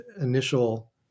initial